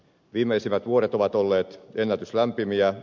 viimeisimmät vuodet ovat olleet ennätyslämpimiä